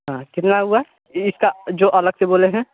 हाँ कितना हुआ इसका जो अलग से बोले हैं